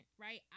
right